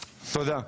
תודה.